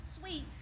Sweet